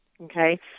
okay